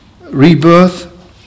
rebirth